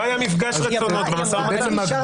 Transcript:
לא היה מפגש רצונות במשא ומתן.